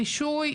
רישוי,